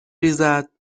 ریزد